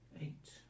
Eight